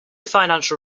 financial